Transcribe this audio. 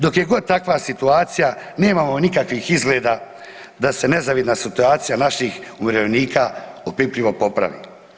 Dok je god takva situacija nemamo nikakvih izgleda da se nezavidna situacija naših umirovljenika opipljivo popravi.